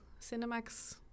Cinemax